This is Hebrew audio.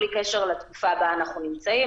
בלי קשר לתקופה בה אנחנו נמצאים.